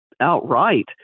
outright